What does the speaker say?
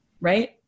right